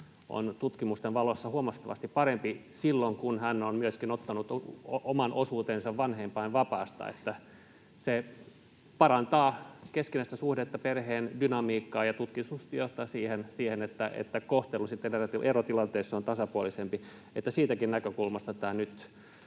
on tutkimusten valossa huomattavasti parempi silloin, kun hän on myöskin ottanut oman osuutensa vanhempainvapaasta. [Veronika Honkasalo: Just näin!] Se parantaa keskinäistä suhdetta, perheen dynamiikkaa ja tutkitusti johtaa siihen, että kohtelu sitten erotilanteessa on tasapuolisempi. Siitäkin näkökulmasta tämä nyt